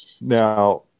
Now